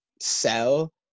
sell